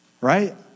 Right